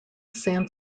san